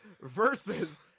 versus